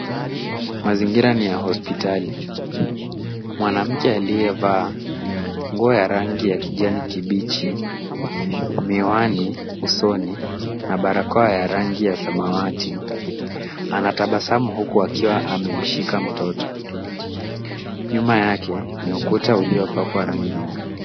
Mazingira ni ya hospitali, mwanamke aliyevaa nguo ya rangi ya kijani kibichi, miwani usoni na barakoa ya rangi ya samawati anatabasamu huku akiwa amemshika mtoto. Nyuma yake, ni ukuta uliopakwa rangi mweupe.